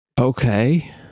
Okay